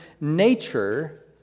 nature